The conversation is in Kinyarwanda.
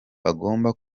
hagomba